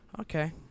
Okay